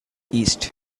east